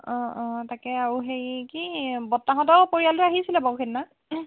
অঁ অঁ তাকে আৰু হেৰি কি বৰত্তাহঁতও পৰিয়ালটোও আহিছিলে বাৰু সেইদিনা